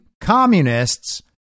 communists